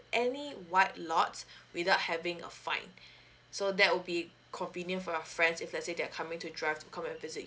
any white lot without having a fine so that will be convenient for your friends if let's say they're coming to drive to come and visit